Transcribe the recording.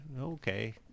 okay